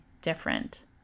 different